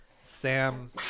Sam